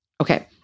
Okay